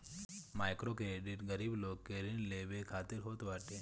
microcredit गरीब लोग के ऋण लेवे खातिर होत बाटे